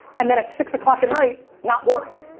and then at six o'clock at night not work.